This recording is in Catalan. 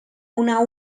una